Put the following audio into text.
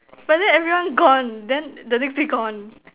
but then everyone gone then the next day gone